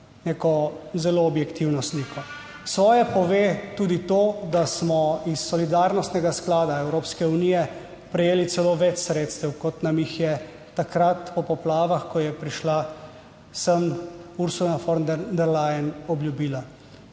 neko zelo objektivno sliko. Svoje pove tudi to, da smo iz solidarnostnega sklada Evropske unije prejeli celo več sredstev, kot nam jih je takrat po poplavah, ko je prišla sem Ursula von der Leyen, obljubila.